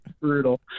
brutal